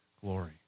glory